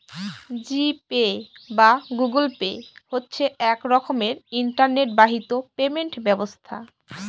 জি Pay বা Google Pay হচ্ছে এক রকমের ইন্টারনেট বাহিত পেমেন্ট ব্যবস্থা